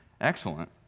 excellent